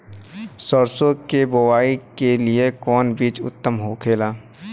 सरसो के बुआई के लिए कवन बिज उत्तम होखेला?